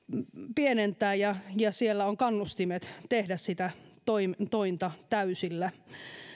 pienentää ja ja siellä on kannustimet tehdä sitä tointa täysillä